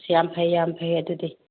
ꯌꯥꯝ ꯐꯩ ꯌꯥꯝ ꯐꯩ ꯑꯗꯨꯗꯤ